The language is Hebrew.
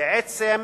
ובעצם